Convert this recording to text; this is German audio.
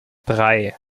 drei